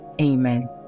Amen